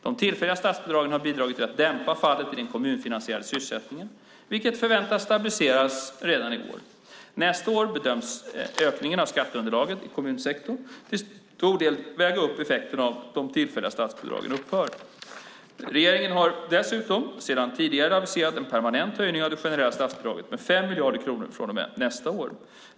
De tillfälliga statsbidragen har bidragit till att dämpa fallet i den kommunfinansierade sysselsättningen, vilken förväntas stabiliseras redan i år. Nästa år bedöms ökningen av skatteunderlaget i kommunsektorn till stor del väga upp effekten av att de tillfälliga statsbidragen upphör. Regeringen har dessutom sedan tidigare aviserat en permanent höjning av det generella statsbidraget med 5 miljarder kronor från och med nästa år.